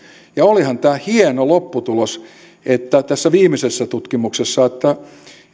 ja olihan tämä hieno lopputulos tässä viimeisessä tutkimuksessa